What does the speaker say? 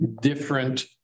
different